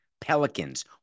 Pelicans